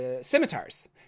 scimitars